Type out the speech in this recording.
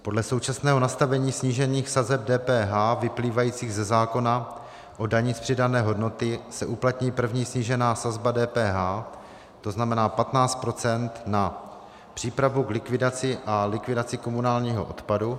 Podle současného nastavení snížených sazeb DPH vyplývajících ze zákona o dani z přidané hodnoty se uplatní první snížená sazba DPH, to znamená 15 %, na přípravu k likvidaci a k likvidaci komunálního odpadu.